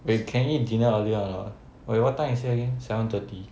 they can eat dinner earlier or not okay what time you say again seven thirty